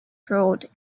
fraud